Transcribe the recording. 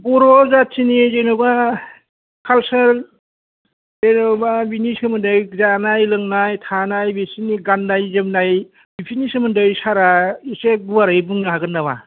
बर' जाथिनि जेनेबा कालसार जेनेबा बिनि सोमोन्दै जानाय लोंनाय थानाय बिसोरनि गान्नाय जोमनाय बिसोरनि सोमोन्दै सारा इसे गुवारै बुंनो हागोन नामा